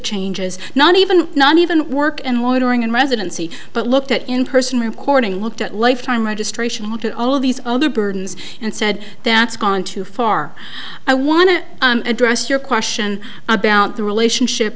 changes not even not even work and loitering and residency but looked at in person recording looked at lifetime registration looked at all of these other burdens and said that's gone too far i want to address your question about the relationship